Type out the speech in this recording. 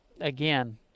again